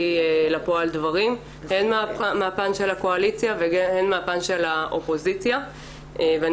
לפועל דברים הן מהפן של הקואליציה והן מהפן של האופוזיציה ואני